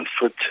foot